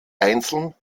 einzeln